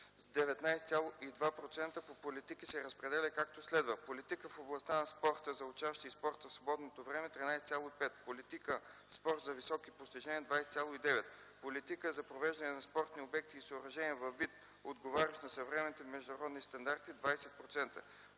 19,2% по политики се разпределя, както следва: политика в областта на спорта за учащи и спорта в свободното време – 13,5%; политика „Спорт за високи постижения” – 20,9%; политика за привеждане на спортните обекти и съоръжения във вид, отговарящ на съвременните международни стандарти – 20%,